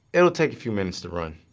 it'll take a few minutes to run.